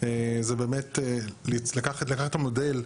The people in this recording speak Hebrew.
זה באמת לקחת את המודל,